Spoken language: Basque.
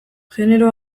genero